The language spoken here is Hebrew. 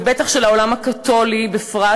וודאי עיני העולם הקתולי בפרט,